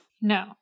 No